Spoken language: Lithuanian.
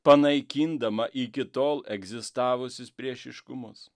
panaikindama iki tol egzistavusius priešiškumus